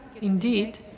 Indeed